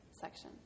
section